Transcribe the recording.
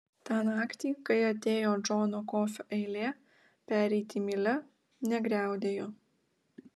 tą naktį kai atėjo džono kofio eilė pereiti mylia negriaudėjo